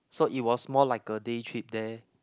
so it was more like a day trip there